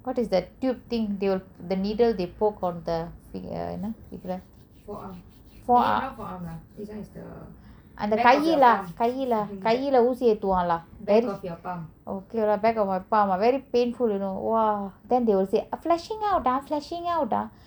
what is that tube thing they will the needle they poke on the finger என்ன:enna keep right fore arm அந்த கை:antha kai lah கை:kai lah கைல ஊசி ஏதுவா:kaila oosi ethuva lah very okay lor back of my palm very painful you know then they will say flushing out ah flushing out lah